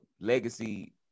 Legacy